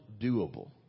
doable